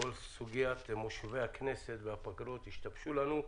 כל סוגיית מושבי הכנסת והפגרות השתבשו לנו,